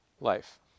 life